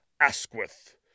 Asquith